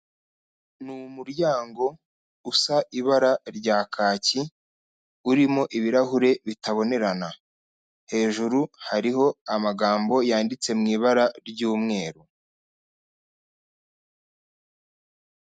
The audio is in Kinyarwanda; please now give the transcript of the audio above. Ni umuryango usa ibara rya kaki, urimo ibirahure bitabonerana. Hejuru hariho amagambo yanditse mu ibara ry'umweru.